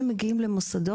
ואנשים מגיעים למוסדות,